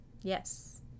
yes